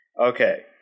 Okay